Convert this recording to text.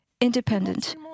independent